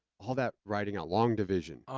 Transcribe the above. all that writing out long division.